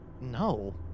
No